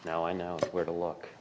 now i know where to look